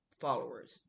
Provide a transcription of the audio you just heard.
followers